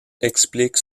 explique